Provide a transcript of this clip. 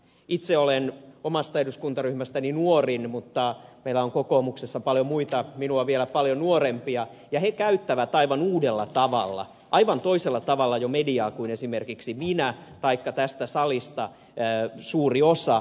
itse olen omasta eduskuntaryhmästäni nuorin mutta meillä on kokoomuksessa paljon minua vielä paljon nuorempia ja he käyttävät jo aivan uudella tavalla mediaa aivan toisella tavalla kuin esimerkiksi minä taikka tästä salista suuri osa